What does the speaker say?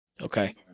Okay